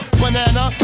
banana